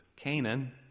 Canaan